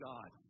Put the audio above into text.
God